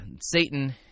Satan